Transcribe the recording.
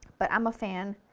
but i'm a fan,